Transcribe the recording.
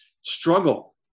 struggle